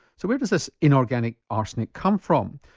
so where does this inorganic arsenic come from?